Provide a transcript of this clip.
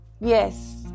Yes